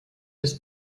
des